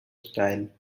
style